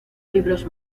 libros